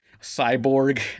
Cyborg